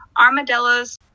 armadillos